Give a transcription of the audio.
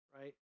right